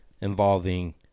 involving